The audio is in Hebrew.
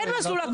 אין מסלול בטוח,